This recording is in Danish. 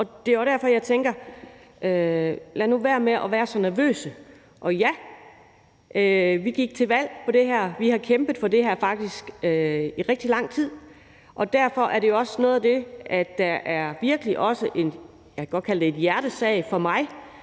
Det er derfor, jeg tænker: Lad nu være med at være så nervøs. Og ja, vi gik til valg på det her, vi har kæmpet for det her i faktisk rigtig lang tid, og derfor er det også noget af det, der virkelig er en hjertesag for mig,